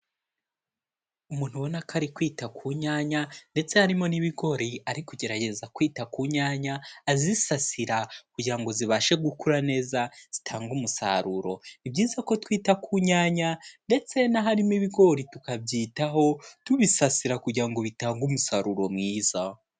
Umuntu ubona ko ari kwita ku nyanya ndetse harimo n'ibigori, ari kugerageza kwita ku nyanya azisasira kugira ngo zibashe gukura neza zitange umusaruro, ni byiza ko twita ku nyanya ndetse n'aharimo ibigori tukabyitaho, tubisasira kugira ngo bitange umusaruro mwiza.